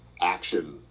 action